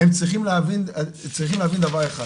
צריכים להבין דבר אחד,